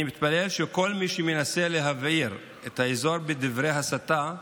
אני מתפלל שכל מי שמנסה להבעיר את האזור בדברי הסתה,